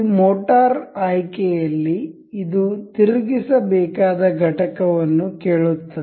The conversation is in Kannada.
ಈ ಮೋಟಾರು ಆಯ್ಕೆಯಲ್ಲಿ ಇದು ತಿರುಗಿಸಬೇಕಾದ ಘಟಕವನ್ನು ಕೇಳುತ್ತದೆ